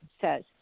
says